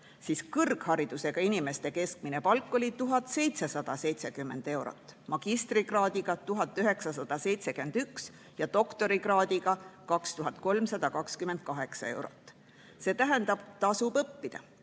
siis kõrgharidusega inimeste keskmine palk oli 1770 eurot, magistrikraadiga 1971 ja doktorikraadiga 2328 eurot. See tähendab: tasub õppida.